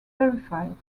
verified